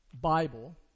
Bible